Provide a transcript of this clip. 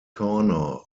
corner